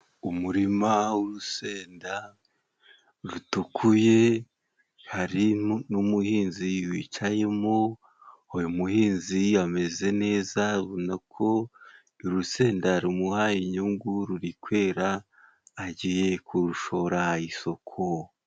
Umurima w'urusenda rutukuye hari n'umuhinzi wicayemo, uyu muhinzi ameze neza ubonako uru rusenda, rumuhaye inyungu ruri kwera agiye kurushora isoko.